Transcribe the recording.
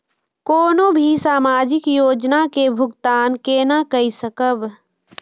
कोनो भी सामाजिक योजना के भुगतान केना कई सकब?